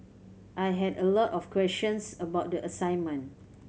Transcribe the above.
I had a lot of questions about the assignment